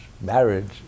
Marriage